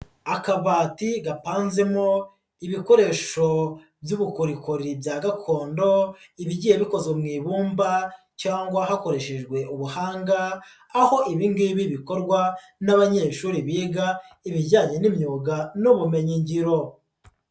Akabati gapanzemo ibikoresho by'ubukorikori bya gakondo ibigiye bikoze mu ibumba cyangwa hakoreshejwe ubuhanga aho ibi ngibi bikorwa n'abanyeshuri biga ibijyanye n'imyuga n'ubumenyingiro.